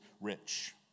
rich